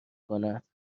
کند